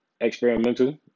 experimental